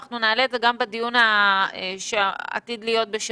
ואנחנו נעלה את זה גם בדיון שעתיד להיות בשבוע